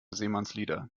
seemannslieder